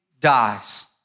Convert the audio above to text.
dies